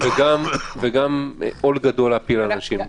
אלה גם מספרים קטנים וגם עול גדול להפיל על אנשים,